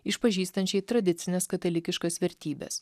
išpažįstančiai tradicines katalikiškas vertybes